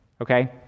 okay